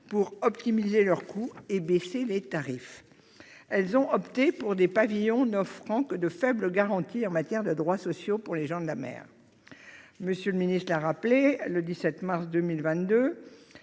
pour optimiser leurs coûts et diminuer leurs tarifs. Elles ont opté pour des pavillons n'offrant que de faibles garanties en matière de droits sociaux pour les gens de mer. Monsieur le secrétaire d'État l'a rappelé, le 17 mars 2022,